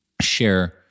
share